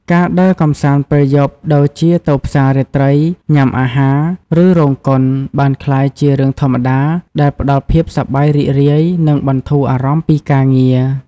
ការដើរកម្សាន្តពេលយប់ដូចជាទៅផ្សាររាត្រី ញ៉ាំអាហារ ឬរោងកុន បានក្លាយជារឿងធម្មតាដែលផ្តល់ភាពសប្បាយរីករាយ និងបន្ធូរអារម្មណ៍ពីការងារ។